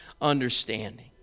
understanding